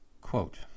Quote